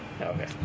okay